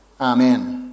Amen